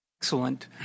excellent